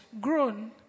grown